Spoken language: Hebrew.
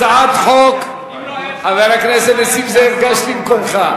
הצעת חוק, חבר הכנסת נסים זאב, גש למקומך.